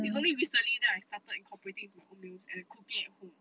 it's only recently then I started incorporating into my own meals and cooking at home